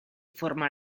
forma